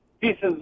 pieces